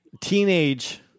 teenage